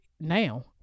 now